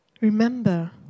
Remember